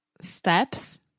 steps